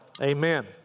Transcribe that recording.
amen